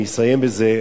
אני אסיים בזה,